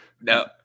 No